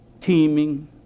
teeming